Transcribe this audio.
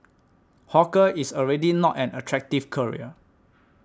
hawker is already not an attractive career